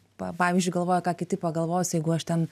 pa pavyzdžiui galvoja ką kiti pagalvos jeigu aš ten